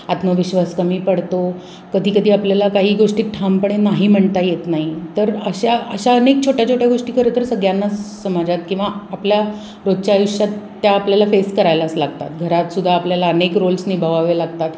आत्मविश्वास कमी पडतो कधी कधी आपल्याला काही गोष्टी ठामपणे नाही म्हणता येत नाही तर अशा अशा अनेक छोट्या छोट्या गोष्टी खरंतर सगळ्यांना समाजात किंवा आपल्या रोजच्या आयुष्यात त्या आपल्याला फेस करायलाच लागतात घरातसुद्धा आपल्याला अनेक रोल्स निभावावे लागतात